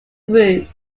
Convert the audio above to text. group